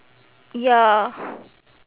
ya